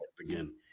again